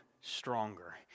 stronger